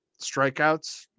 strikeouts